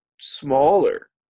smaller